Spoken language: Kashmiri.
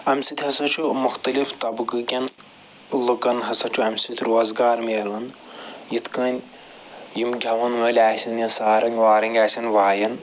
اَمہِ سۭتۍ ہَسا چھُ مختلف طبہٕ قٕکٮ۪ن لٕکن ہَسا چھُ اَمہِ سۭتۍ روزگار مِلان یِتھ کٔنۍ یِم گٮ۪ون وٲلۍ آسن یاسارٔنٛگ وارٔنٛگ آسن واین